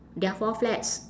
there are four flags